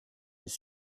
his